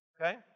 Okay